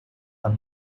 are